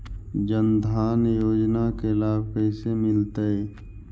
जन धान योजना के लाभ कैसे मिलतै?